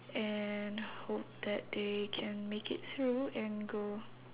and hope that they can make it through and go